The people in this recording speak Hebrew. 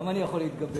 כמה אני יכול להתגבר?